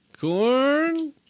Corn